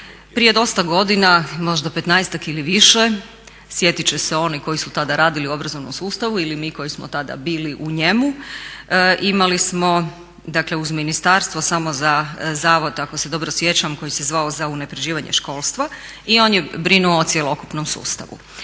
prije dosta godina, možda petnaestak ili više sjetit će se oni koji su tada radili u obrazovnom sustavu ili mi koji smo tada bili u njemu imali smo, dakle uz ministarstvo samo za zavod ako se dobro sjećam koji se zvao za unapređivanje školstva i on je brinuo o cjelokupnom sustavu.